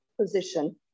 position